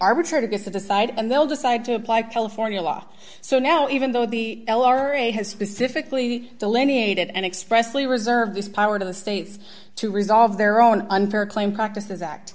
arbitrator gets to decide and they'll decide to apply california law so now even though the l r a has specifically delineated and expressly reserve this power to the states to resolve their own unfair claim practices act